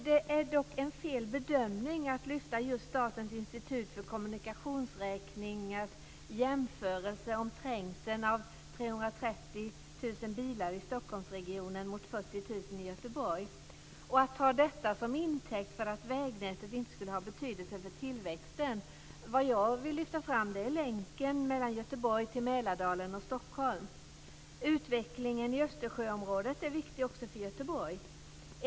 Det är dock en fel bedömning att lyfta fram just Statens institut för kommunikationsanalys jämförelse av trängseln av 330 000 bilar i Stockholmsregionen mot 40 000 i Göteborg och att ta detta som en intäkt för att vägnätet inte skulle ha betydelse för tillväxten. Vad jag vill lyfta fram är länken från Göteborg till Mälardalen och Stockholm. Utvecklingen i Östersjöområdet är viktig också för Göteborg.